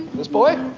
this boy?